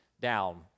down